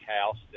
house